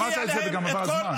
אמרת את זה וגם עבר הזמן.